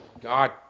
God